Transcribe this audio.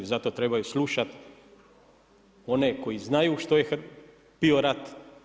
Zato trebaju slušati one koji znaju što je bio rat.